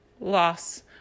loss